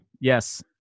Yes